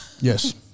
Yes